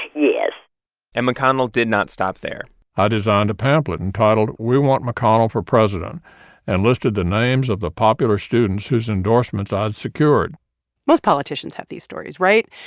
yes and mcconnell did not stop there i designed a pamphlet entitled we want mcconnell for president and listed the names of the popular students whose endorsements i'd secured most politicians have these stories right?